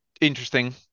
interesting